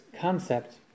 concept